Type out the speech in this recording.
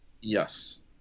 Yes